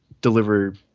deliver